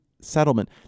settlement